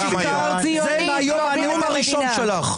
זה מהנאום הראשון שלך.